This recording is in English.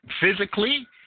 physically